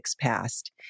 passed